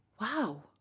wow